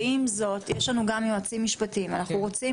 ועם זאת יש לנו גם יועצים משפטיים ואנחנו רוצים